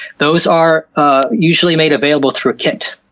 those are ah usually made available through a kit.